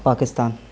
Pakistan